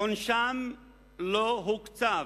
עונשם לא נקצב.